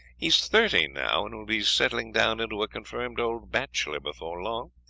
he is thirty now, and will be settling down into a confirmed old bachelor before long.